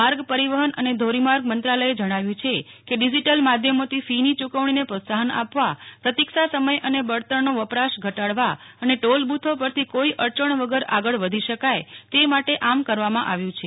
માર્ગ પરીવહન અને ધોરીમાર્ગ મંત્રાલયે જણાવ્યું છે કે ડીજીટલ માધ્યમોથી ફીની યુકવણાને પ્રોત્સાહન આપવા પ્રતિક્ષા સમય અને બળતણનો વપરાશ ઘટાડવા અને ટોલ બુથો પરથી કોઇ અડયણ વગર આગળ વધી શકાય તે માટે આમ કરવામાં આવ્યું છે